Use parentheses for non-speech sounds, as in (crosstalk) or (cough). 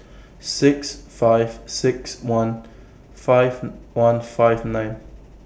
six five six one five (hesitation) one five nine